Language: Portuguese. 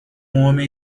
homem